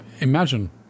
imagine